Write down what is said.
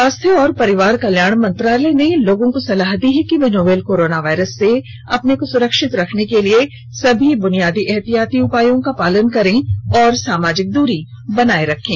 स्वास्थ्य और परिवार कल्याण मंत्रालय ने लोगों को सलाह दी है कि वे नोवल कोरोना वायरस से अपने को सुरक्षित रखने के लिए सभी बुनियादी एहतियाती उपायों का पालन करें और सामाजिक दूरी बनाए रखें